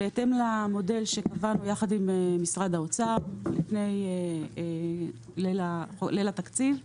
בהתאם למודל שקבענו ביחד עם משרד האוצר לפני ליל התקציב,